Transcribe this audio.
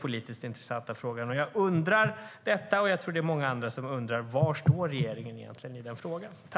Jag och säkert många andra undrar: Var står regeringen egentligen i denna fråga?